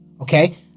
okay